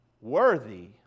worthy